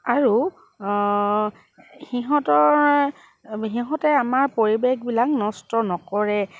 আৰু সিহঁতৰ সিহঁতে আমাৰ পৰিৱেশবিলাক নষ্ট নকৰে